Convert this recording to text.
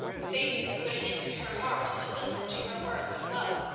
satan put it into her heart to listen to your words of love,